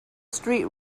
street